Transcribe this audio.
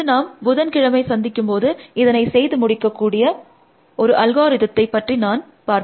அடுத்து நாம் புதன்கிழமை சந்திக்கும்போது இதனை செய்து முடிக்கக்கூடிய ஒரு அல்காரிதத்தை பற்றி நான் பார்ப்போம்